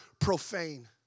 profane